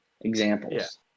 examples